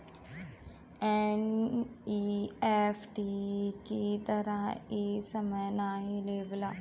NEFT की तरह इ समय नाहीं लेवला